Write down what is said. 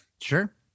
Sure